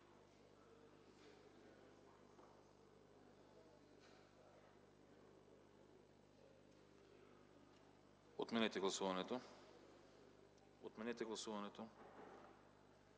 Отменете гласуването! Отменете гласуването!